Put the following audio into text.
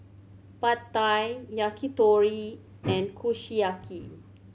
Pad Thai Yakitori and Kushiyaki